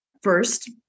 First